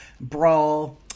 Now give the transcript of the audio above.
brawl